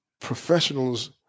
professionals